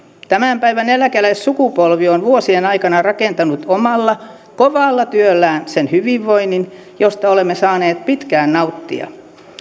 tämän päivän eläkeläissukupolvi on vuosien aikana rakentanut omalla kovalla työllään sen hyvinvoinnin josta olemme saaneet pitkään nauttia